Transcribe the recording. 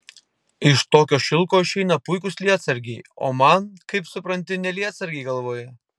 iš tokio šilko išeina puikūs lietsargiai o man kaip supranti ne lietsargiai galvoje